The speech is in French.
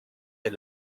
des